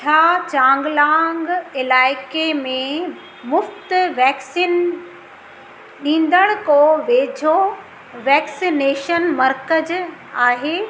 छा चांगलांग इलाइक़े में मुफ़्ति वैक्सीन ॾींदड़ को वेझो वैक्सनेशन मर्कज़ु आहे